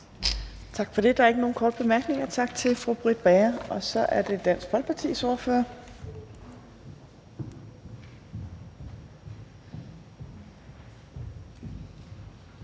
Tak for det. Der er ikke flere korte bemærkninger. Tak til fru Samira Nawa. Så er det Enhedslistens ordfører,